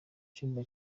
cyumba